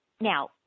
Now